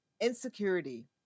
Insecurity